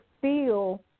feel